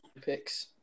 picks